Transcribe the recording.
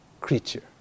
creature